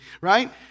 right